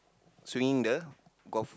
swinging the golf